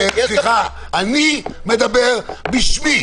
אני נדהמתי.